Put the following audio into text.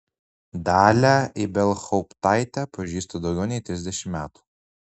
dalią ibelhauptaitę pažįstu daugiau nei trisdešimt metų